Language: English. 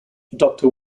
doctor